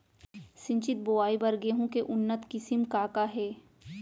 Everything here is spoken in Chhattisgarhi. सिंचित बोआई बर गेहूँ के उन्नत किसिम का का हे??